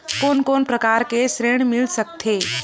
कोन कोन प्रकार के ऋण मिल सकथे?